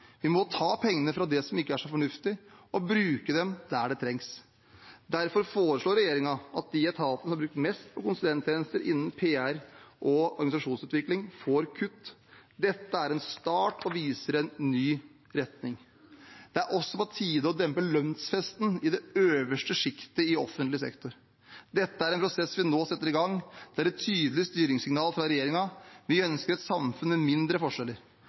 Vi må ta pengene fra det som ikke er så fornuftig, og bruke dem der det trengs. Derfor foreslår regjeringen at de etatene som har brukt mest på konsulenttjenester innen PR og organisasjonsutvikling, får kutt. Dette er en start og viser en ny retning. Det er også på tide å dempe lønnsfesten i det øverste sjiktet i offentlig sektor. Dette er en prosess vi nå setter i gang. Det er et tydelig styringssignal fra regjeringen. Vi ønsker et samfunn med mindre forskjeller.